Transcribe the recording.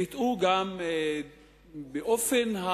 ביטאו באופן,